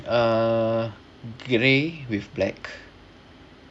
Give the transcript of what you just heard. uh grey with black